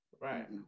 Right